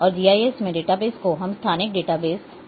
और जीआईएस में डेटाबेस को हम स्थानिक डेटाबेस कहते हैं